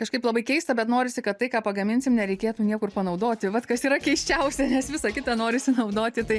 kažkaip labai keista bet norisi kad tai ką pagaminsim nereikėtų niekur panaudoti vat kas yra keisčiausia nes visa kita norisi naudoti tai